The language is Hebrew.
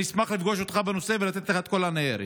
אני אשמח לפגוש אותך בנושא ולתת לך את כל הניירת.